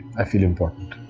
i feel important.